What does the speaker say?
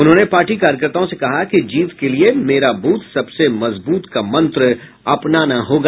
उन्होंने पार्टी कार्यकर्ताओं से कहा कि जीत के लिए मेरा ब्रथ सबसे मजबूत का मंत्र अपनाना होगा